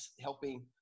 helping